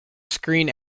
screen